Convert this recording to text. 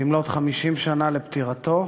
במלאות 50 שנה לפטירתו